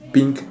pink